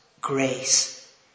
grace